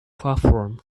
platform